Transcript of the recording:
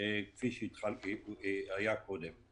בכל רגע נתון יכול להיות איזה רוב שלא ימצא חן בעיניו הנושא הזה,